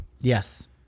Yes